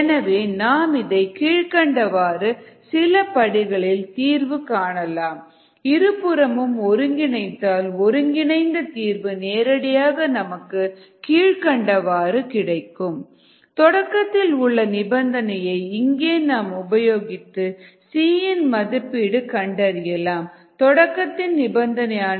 எனவே நாம் இதைக் கீழ்க்கண்ட வாறு சில படிகளில் தீர்வு காணலாம் dxxdt இருபுறமும் ஒருங்கிணைத்தால் ஒருங்கிணைத்த தீர்வு நேரடியாக நமக்கு கீழ்க்கண்டவாறு கிடைக்கும் dxxdt lnxt c தொடக்கத்தில் உள்ள நிபந்தனையை இங்கே நாம் உபயோகித்து c இன் மதிப்பீடு கண்டறியலாம் தொடக்க நிபந்தனையாக t0 x0 ஆகியவை